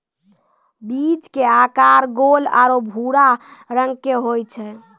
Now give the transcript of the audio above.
बीज के आकार गोल आरो भूरा रंग के होय छै